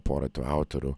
porą tų autorių